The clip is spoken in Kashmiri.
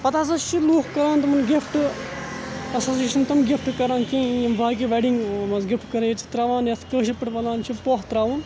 پَتہٕ ہسا چھِ لوٗک کٲم تِمَن گِفٹہٕ آسان یہِ چھِنہٕ تِم گِفٹہٕ کَران کِہیٖنۍ یِم باقٕے ویڈِنٛگو منٛز گِفٹہٕ کَران یا چھِ ترٛاوان یَتھ کٲشِرۍ پٲٹھۍ وَنان چھِ پۄہ ترٛاوُن